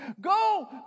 Go